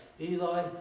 eli